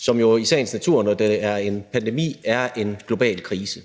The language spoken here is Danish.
som jo i sagens natur, når den er en pandemi, er en global krise.